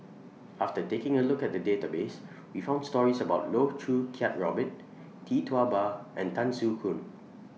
after taking A Look At The Database We found stories about Loh Choo Kiat Robert Tee Tua Ba and Tan Soo Khoon